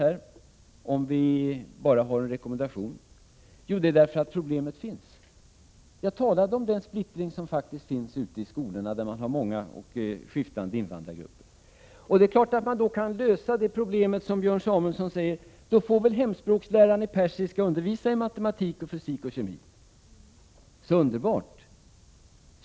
Han undrade om vi bara ger en rekommendation. Vi gör det därför att problemet finns. Jag talade om den splittring som faktiskt finns ute i skolorna, där man har många och skiftande invandrargrupper. Det problemet kan man naturligtvis lösa som Björn Samuelson föreslår. Hemspråksläraren i persiska får väl undervisa i matematik, fysik och kemi. Det är ju underbart.